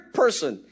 person